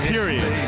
Period